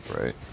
right